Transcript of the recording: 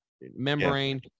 membrane